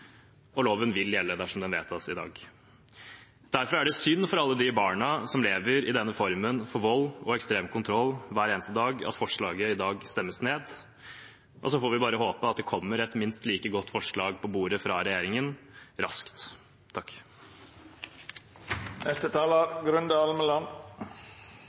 og loven vil gjelde dersom den vedtas i dag. Derfor er det synd for alle de barna som lever i denne formen for vold og ekstrem kontroll hver eneste dag, at forslaget i dag stemmes ned. Så får vi bare håpe at det kommer et minst like godt forslag på bordet fra regjeringen raskt.